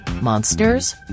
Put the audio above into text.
Monsters